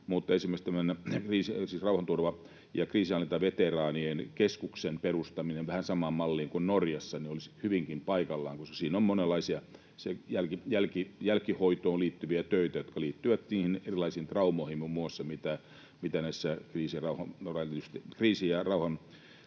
tämmöisen rauhanturva- ja kriisinhallintaveteraanien keskuksen perustaminen vähän samaan malliin kuin Norjassa olisi hyvinkin paikallaan. Siinä on monenlaisia jälkihoitoon liittyviä töitä, jotka liittyvät muun muassa erilaisiin traumoihin, mitä kriisinhallinta-